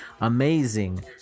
amazing